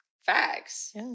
facts